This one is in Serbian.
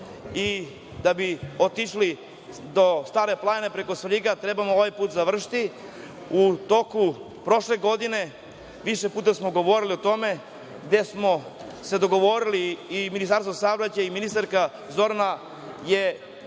a da bi otišli do Stare planine preko Svrljiga, trebamo ovaj put završiti.U toku prošle godine više puta smo govorili o tome, gde smo se dogovorili i Ministarstvo saobraćaja i ministarka Zorana je